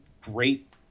great